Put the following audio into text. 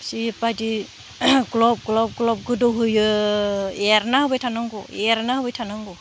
जिबायदि glove glove गोदौ होयो एरना होबाय थानांगौ एरना होबाय थानांगौ